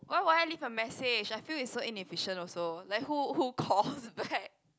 why would I leave a message I feel it's so inefficient also like who who calls back